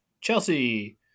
Chelsea